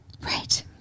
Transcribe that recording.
right